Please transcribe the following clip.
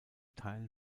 teilen